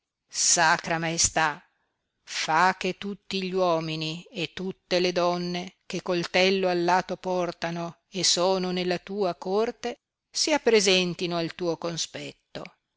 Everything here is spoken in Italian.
sacra maestà fa che tutti gli uomini e tutte le donne che coltello al lato portano e sono nella tua corte si appresentino al tuo conspetto